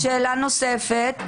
שאלה נוספת.